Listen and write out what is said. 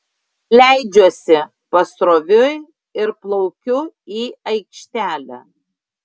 leidžiuosi pasroviui ir plaukiu į aikštelę